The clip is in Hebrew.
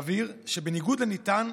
אבהיר שבניגוד לנטען,